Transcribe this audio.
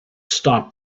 stop